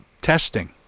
testing